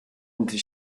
into